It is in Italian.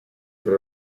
pre